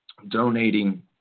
Donating